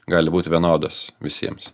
gali būti vienodos visiems